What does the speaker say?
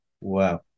wow